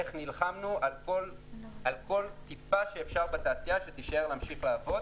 איך נלחמנו על כל טיפה בתעשייה שתוכל להמשיך להישאר ולעבוד,